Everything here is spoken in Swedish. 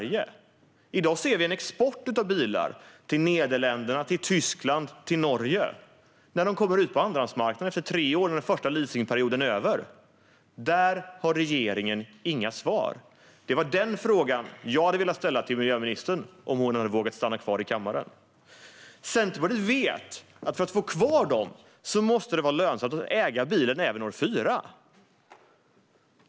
I dag ser vi en export av bilar till Nederländerna, Tyskland och Norge när de kommer ut på andrahandsmarknaden efter tre år och den första leasingperioden är över. Där har regeringen inga svar. Det var något jag hade velat ställa en fråga om till miljöministern om hon hade vågat stanna kvar i kammaren. Centerpartiet vet att för att ha kvar dem måste det vara lönsamt att äga bilen även år fyra.